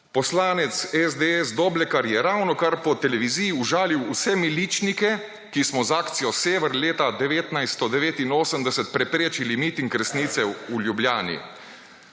»Poslanec SDS Doblekar je ravnokar po televiziji užalil vse miličnike, ki smo z akcijo Sever leta 1989 preprečili miting resnice v Ljubljani